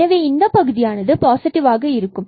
எனவே இந்தப் பகுதியானது பாசிட்டிவாக இருக்கும்